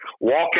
walk